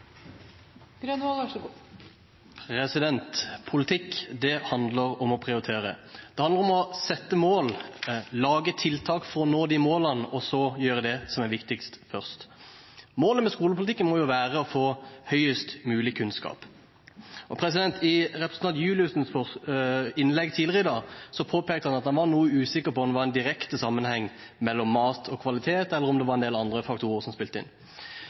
målene og så gjøre det som er viktigst først. Målet med skolepolitikken må jo være å få høyest mulig kunnskap. I representanten Juliussens innlegg tidligere i dag påpekte han at han var noe usikker på om det var en direkte sammenheng mellom mat og kvalitet, eller om det var en del andre faktorer som spilte inn.